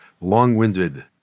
long-winded